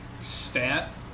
stat